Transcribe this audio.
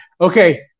Okay